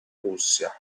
russia